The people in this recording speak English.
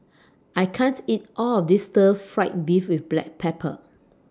I can't eat All of This Stir Fried Beef with Black Pepper